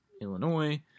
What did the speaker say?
illinois